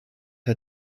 had